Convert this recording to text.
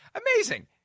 amazing